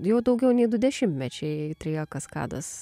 jau daugiau nei du dešimtmečiai trio kaskados